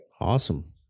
Awesome